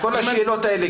כל השאלות האלה,